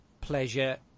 pleasure